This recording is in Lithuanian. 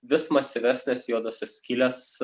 vis masyvesnės juodosios skylės